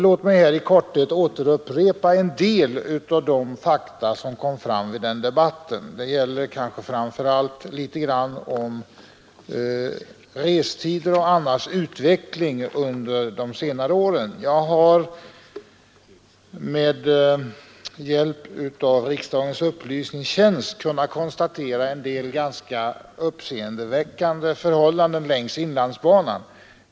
Låt mig här i korthet upprepa en del av de fakta som kom fram vid den debatten. Det gäller framför allt litet grand om restider och annan utveckling under de senare åren. Jag har med hjälp av riksdagens upplysningstjänst kunnat konstatera en del ganska uppseendeväckande förhållanden längs inlandsbanan.